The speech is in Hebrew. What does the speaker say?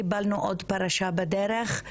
קיבלנו עוד פרשה בדרך.